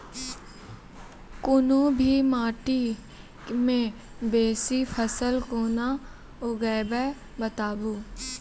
कूनू भी माटि मे बेसी फसल कूना उगैबै, बताबू?